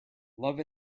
love